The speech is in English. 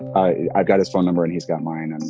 i got his phone number and he's got mine. and